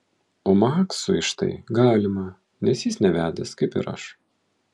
o maksui štai galima nes jis nevedęs kaip ir aš